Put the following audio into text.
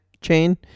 chain